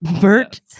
Bert